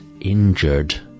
injured